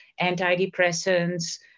antidepressants